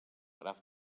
graf